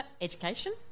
education